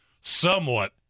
somewhat